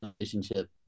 relationship